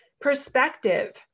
perspective